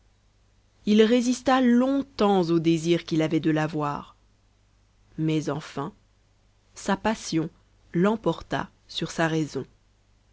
il résista long-tems au désir qu'il avait de la voir mais enfin sa passion l'emporta sur sa raison